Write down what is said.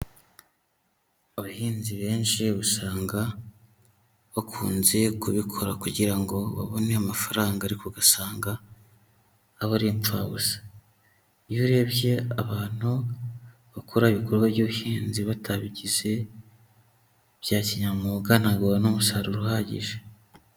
Abahinzi benshi usanga bakunze kubikora kugira ngo babone Amafaranga ariko ugasanga aba ari impfabusa. Iyo urebye abantu bakora ibikorwa by'ubuhinzi batabigize bya kinyamwuga, ntabwo babona umusaruro uhagije.